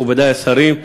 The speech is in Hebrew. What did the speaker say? מכובדי השרים,